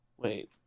Wait